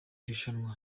rushanwa